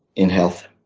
in health.